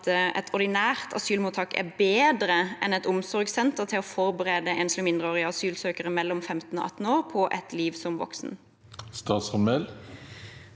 at et ordinært asylmottak er bedre enn et omsorgssenter til å forberede enslige mindreårige asylsøkere mellom 15 år og 18 år på et liv som voksen? Statsråd